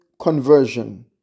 conversion